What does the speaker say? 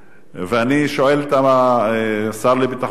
ואני שואל את השר לביטחון הפנים: